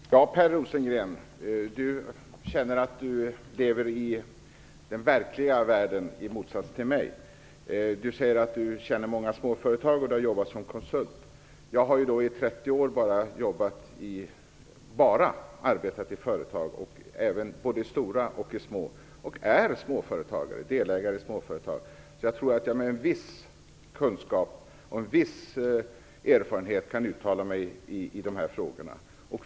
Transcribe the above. Fru talman! Per Rosengren känner att han i motsats till mig lever i den verkliga världen. Han säger att han har kännedom om många småföretag och har jobbat som konsult för sådana. Jag har i bara 30 år arbetat enbart i företag, både stora och små, och är delägare i småföretag. Jag tror att jag med en viss kunskap och med en viss erfarenhet kan uttala mig om de här frågorna.